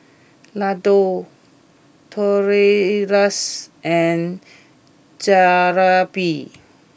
Ladoo Tortillas and Jalebi